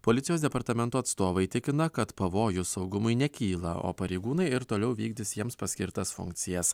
policijos departamento atstovai tikina kad pavojų saugumui nekyla o pareigūnai ir toliau vykdys jiems paskirtas funkcijas